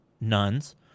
nuns